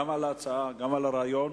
גם על ההצעה, גם על הרעיון,